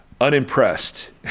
unimpressed